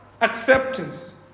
acceptance